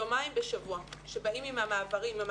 יומיים בשבוע כשבאים עם המעברים ועם